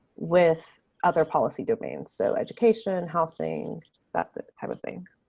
with other policy domains so education, housing, that type of thing.